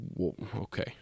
Okay